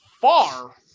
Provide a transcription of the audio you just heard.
far